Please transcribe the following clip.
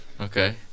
Okay